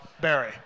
Barry